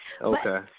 Okay